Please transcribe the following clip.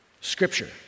Scripture